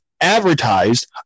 advertised